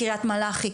קריית מלאכי,